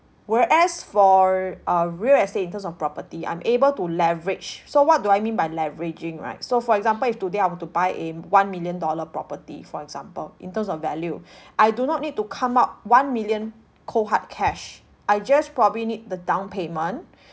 whereas for uh real estate in terms of property I'm able to leverage so what do I mean by leveraging right so for example if today I were to buy a one million dollar property for example in terms of value I do not need to come up one million cold hard cash I just probably need the down payment